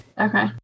Okay